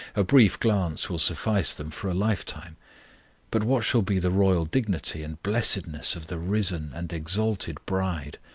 a brief glance will suffice them for a lifetime but what shall be the royal dignity and blessedness of the risen and exalted bride!